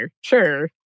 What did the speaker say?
Sure